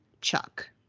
Chuck